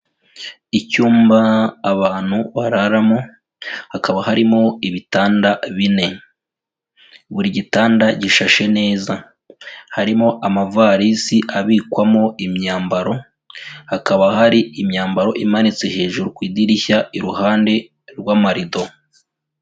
Icyumba abantu bararamo hakaba harimo ibitanda bine, buri gitanda gishashe neza, harimo amavarisi abikwamo imyambaro hakaba hari imyambaro imanitse hejuru ku idirishya iruhande rw'amarido.